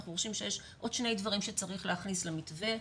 אנחנו חושבים שיש עוד שני דברים שצריך להכניס למתווה,